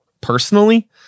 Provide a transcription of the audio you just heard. personally